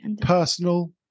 personal